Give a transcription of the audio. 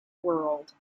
world